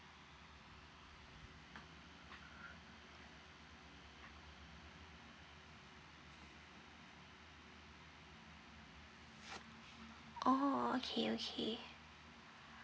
oh okay okay